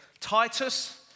Titus